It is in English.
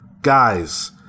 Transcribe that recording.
guys